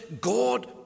God